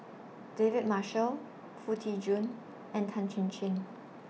David Marshall Foo Tee Jun and Tan Chin Chin